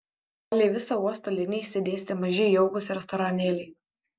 palei visą uosto liniją išsidėstę maži jaukūs restoranėliai